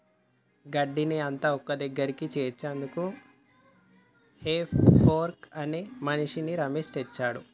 గడ్డిని అంత ఒక్కదగ్గరికి చేర్చేందుకు హే ఫోర్క్ అనే మిషిన్ని రమేష్ తెచ్చిండు